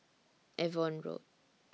Avon Road